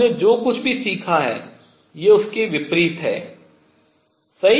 हमने जो कुछ भी सीखा है ये उसके विपरीत हैं सही